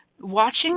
watching